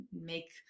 make